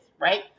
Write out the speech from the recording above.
right